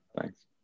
thanks